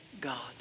God